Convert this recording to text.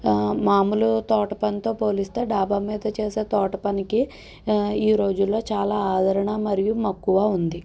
మామూలు తోటపనితో పోలీస్తే డాబామీద చేసే తోటపనికి ఈ రోజుల్లో చాలా ఆదరణ మరియు మక్కువ ఉంది